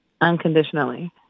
unconditionally